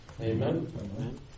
Amen